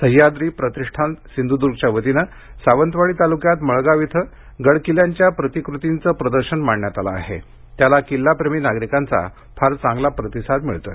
सह्याद्री प्रतिष्ठान सिंधुद्गच्या वतीने सावंतवाडी तालूक्यात मळगाव इथं गडकिल्ल्याच्या प्रतिकृतीचे प्रदर्शन मांडण्यात आलं आहे त्याला किल्लाप्रेमी नागिरकांचा फार चांगला प्रतिसाद मिळतोय